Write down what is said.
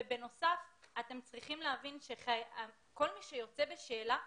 בנוסף אתם צריכים להבין שכל מי שיוצא בשאלה,